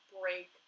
break